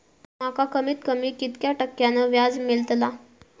माका कमीत कमी कितक्या टक्क्यान व्याज मेलतला?